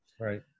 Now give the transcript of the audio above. Right